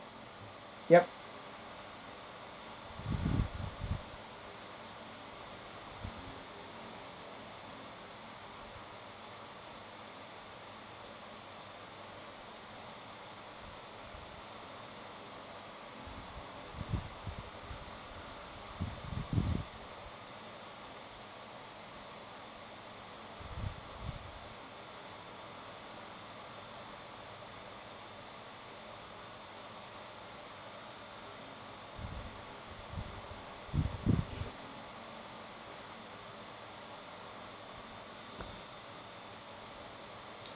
yup